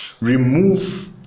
Remove